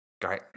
Great